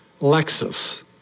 Lexus